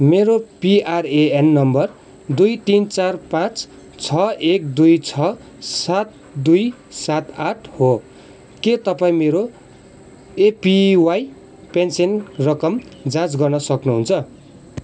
मेरो P R A N number दुई तिन चार पाँच छ एक दुई छ सात दुई सात आठ हो के तपाईँ मेरो एपिवाई पेन्सन रकम जाँच गर्न सक्नुहुन्छ